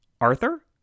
Arthur